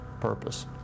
purpose